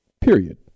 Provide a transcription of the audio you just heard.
Period